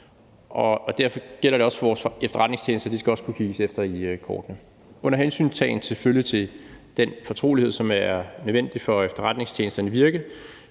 Derfor gælder det også for vores efterretningstjenester, at de skal kunne kigges efter i kortene – selvfølgelig under hensyntagen til den fortrolighed, som er nødvendig for efterretningstjenesternes virke,